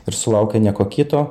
ir sulaukė ne ko kito